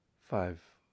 five